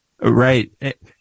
Right